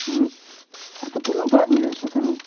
હં હા તો કેટલું ભાડું લેશો તમે